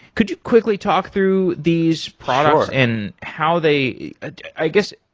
could you quickly talk through these products and how they i guess,